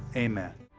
amen.